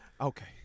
Okay